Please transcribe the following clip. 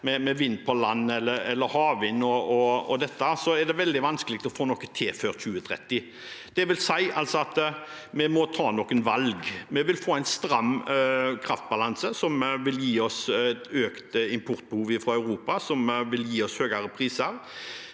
med vind på land eller havvind, er det veldig vanskelig å få til noe før 2030. Det vil si at vi må ta noen valg. Vi vil få en stram kraftbalanse. Det vil gi oss et økt importbehov fra Europa, som vil gi oss høyere priser.